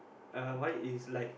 uh white is light